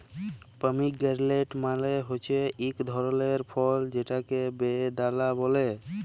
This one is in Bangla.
পমিগেরলেট্ মালে হছে ইক ধরলের ফল যেটকে বেদালা ব্যলে